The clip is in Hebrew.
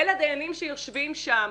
אל הדיינים שיושבים שם.